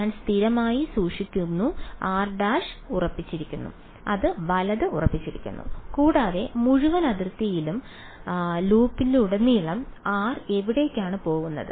ഞാൻ സ്ഥിരമായി സൂക്ഷിക്കുന്നു r′ വലത് ഉറപ്പിച്ചിരിക്കുന്നു കൂടാതെ മുഴുവൻ അതിർത്തിയിലും ലൂപ്പിംഗിലൂടെ r എവിടേക്കാണ് പോകുന്നത്